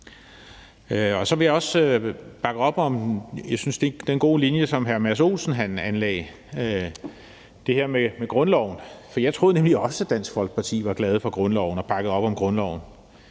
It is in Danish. Så vil jeg også bakke op om den gode linje, synes jeg, som hr. Mads Olsen anlagde. Det er det her med grundloven. Jeg troede nemlig også, at Dansk Folkeparti var glade for grundloven og bakkede op om grundloven.